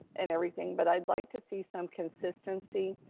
and everything. but i'd like to see some consistency.